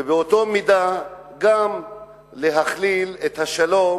ובאותה מידה גם להחיל את השלום